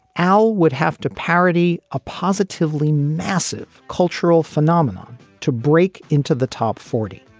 al would have to parody a positively massive cultural phenomenon to break into the top forty.